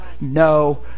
no